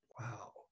wow